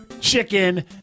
chicken